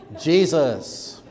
Jesus